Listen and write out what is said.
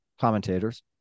commentators